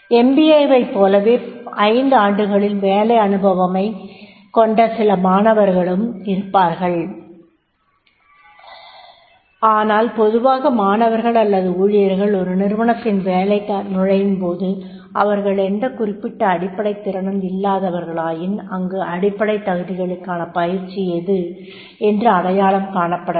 MBA ஐப் போலவே ஐந்து ஆண்டுகளில் வேலை அனுபவம் ஐக் கொண்ட சில மாணவர்களும் இருப்பார்கள் ஆனால் பொதுவாக மாணவர்கள் அல்லது ஊழியர்கள் ஒரு நிறுவனத்தில் வேலைக்கக நுழையும்போது அவர்கள் எந்த குறிப்பிட்ட அடிப்படை திறனும் பெறாதவர்களாயின் அங்கு அடிப்படை தகுதிகளுக்கான பயிற்சி எது என்று அடையாளம் காணப்பட வேண்டும்